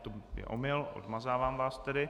To je omyl, odmazávám vás tedy.